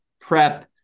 prep